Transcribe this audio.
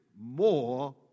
more